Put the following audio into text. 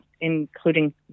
including